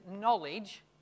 knowledge